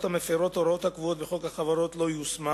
המפירות הוראות הקבועות בחוק החברות לא יושמה,